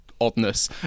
oddness